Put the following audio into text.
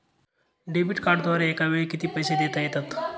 Debit कार्डद्वारे एकावेळी किती पैसे देता येतात?